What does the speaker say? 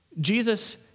Jesus